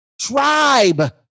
Tribe